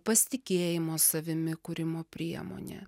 pasitikėjimo savimi kūrimo priemonė